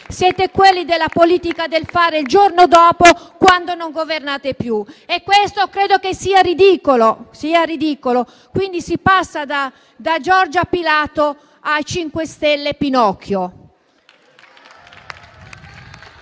Siete quelli della politica del fare il giorno dopo, quando non governate più. Questo credo che sia ridicolo, quindi si passa da "Giorgia Pilato" ai "5 Stelle Pinocchio".